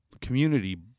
community